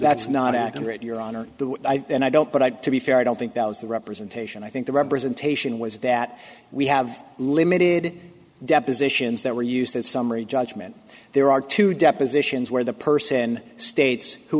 that's not accurate your honor and i don't but i to be fair i don't think that was the representation i think the representation was that we have limited depositions that were used as summary judgment there are two depositions where the person states who